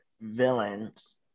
villains